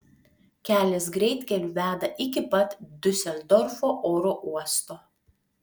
kelias greitkeliu veda iki pat diuseldorfo oro uosto